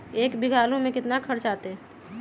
एक बीघा आलू में केतना खर्चा अतै?